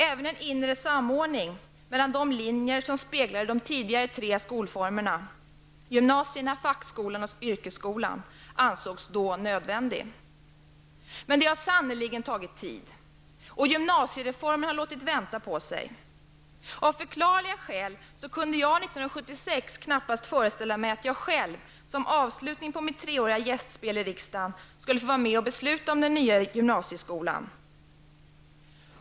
Även en inre samordning mellan de linjer som speglade de tidigare tre skolformerna -- gymnasierna, fackskolan och yrkesskolan -- ansågs då nödvändig. Men det har sannerligen tagit tid. Och gymnasiereformen har låtit vänta på sig. Av förklarliga skäl kunde jag 1976 knappast föreställa mig att jag själv, som avslutning på mitt treåriga gästspel i riksdagen, skulle få vara med och besluta om den nya gymnasieskolan.